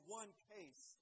one-case